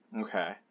Okay